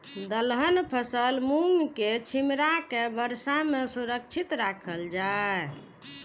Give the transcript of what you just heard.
दलहन फसल मूँग के छिमरा के वर्षा में सुरक्षित राखल जाय?